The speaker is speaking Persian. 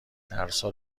درسا